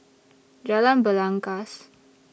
Jalan Belangkas